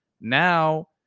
Now